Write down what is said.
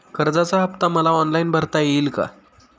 कर्जाचा हफ्ता मला ऑनलाईन भरता येईल का?